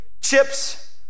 chips